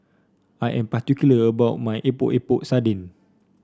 I am particular about my Epok Epok Sardin